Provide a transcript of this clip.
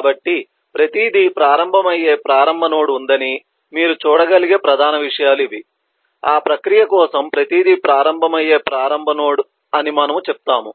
కాబట్టి ప్రతిదీ ప్రారంభమయ్యే ప్రారంభ నోడ్ ఉందని మీరు చూడగలిగే ప్రధాన విషయాలు ఇవి ఆ ప్రక్రియ కోసం ప్రతిదీ ప్రారంభమయ్యే ప్రారంభ నోడ్ అని మనము చెప్తాము